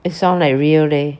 it sound like real leh